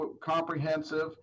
comprehensive